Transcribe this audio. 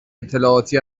اطلاعاتی